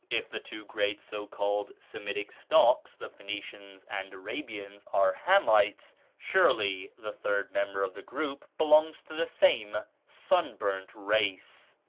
if the two great so-called semitic stocks the phoenicians and arabians are hamites, surely the third member of the group belongs to the same sunburnt race.